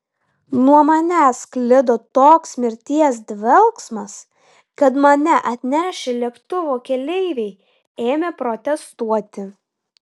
nuo manęs sklido toks mirties dvelksmas kad mane atnešę lėktuvo keleiviai ėmė protestuoti